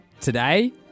Today